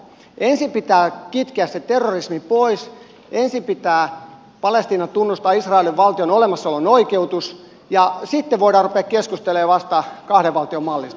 ensin pitää kitkeä se terrorismi pois ensin pitää palestiinan tunnustaa israelin valtion olemassaolon oikeutus ja sitten voidaan ruveta keskustelemaan vasta kahden valtion mallista